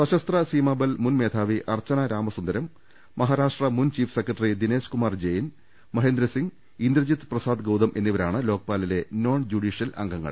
സശസ്ത്ര സീമാബൽ മുൻ മേധാവി അർച്ചന രാമസുന്ദരം മഹാ രാഷ്ട്ര മുൻ ചീഫ് സെക്രട്ടറി ദിനേശ് കുമാർ ജയിൻ മഹേന്ദ്രസി ങ് ഇന്ദ്രജിത്ത് പ്രസാദ് ഗൌതം എന്നിവരാണ് ലോക്പാലിലെ നോൺ ജുഡീഷ്യൽ അംഗങ്ങൾ